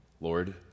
Lord